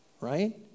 right